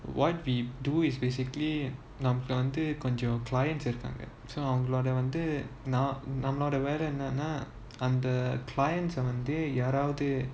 what we do is basically நமக்கு வந்து கொஞ்சம்:namaku vanthu konjam clients இருக்காங்க:irukanga so அவங்களோட வந்து நம்மளோட வேலை என்னனா அந்த:avangaloda vanthu nammaloda velai ennana antha clients வந்து யாராவது